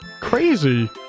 Crazy